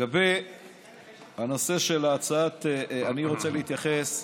אני רוצה להתייחס,